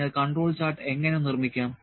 അതിനാൽ control chart എങ്ങനെ നിർമ്മിക്കാം